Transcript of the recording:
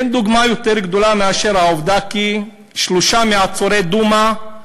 אין דוגמה יותר גדולה מאשר העובדה כי שלושה מעצורי דומא,